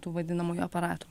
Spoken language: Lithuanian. tų vadinamųjų aparatų